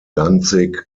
danzig